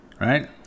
right